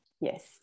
Yes